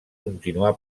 continuar